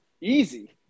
easy